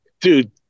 dude